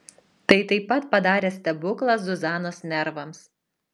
tai taip pat padarė stebuklą zuzanos nervams